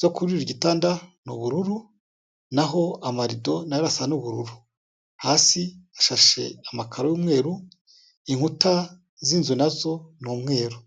zo kuri buri gitanda ni ubururu, naho amarido na yo asa n'ubururu. Hasi hashashe amakaro y'umweru, inkuta z'inzu na zo ni umweru.